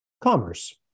commerce